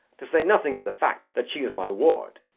to say nothing of the fact that she is my ward.